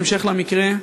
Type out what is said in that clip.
בהמשך למקרה,